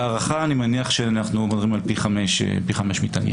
בהערכה אני מניח שאנחנו מדברים על פי חמישה מתעניינים.